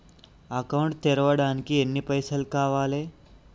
Account తెరవడానికి ఎన్ని పైసల్ కావాలే?